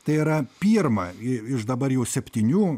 tai yra pirmą iš dabar jau septynių